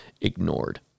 ignored